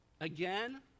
again